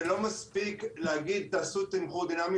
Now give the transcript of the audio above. לא מספיק להגיד "תעשו תמחור דינמי",